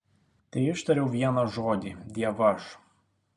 teištariau vieną žodį dievaž